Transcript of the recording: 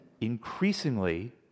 increasingly